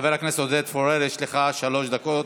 חבר הכנסת עודד פורר, יש לך שלוש דקות.